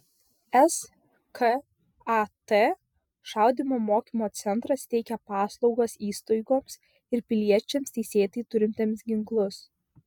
skat šaudymo mokymo centras teikia paslaugas įstaigoms ir piliečiams teisėtai turintiems ginklus